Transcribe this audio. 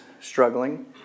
struggling